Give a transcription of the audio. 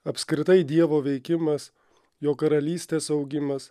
apskritai dievo veikimas jo karalystės augimas